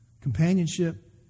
companionship